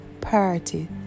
party